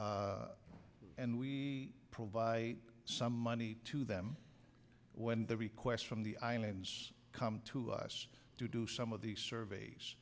bureau and we provide some money to them when the request from the island come to us to do some of the surveys